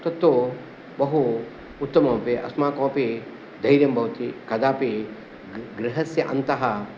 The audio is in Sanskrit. तत्तु बहु उत्तममपि अस्माकम् अपि धैर्यं भवति कदापि गृ गृहस्य अन्तः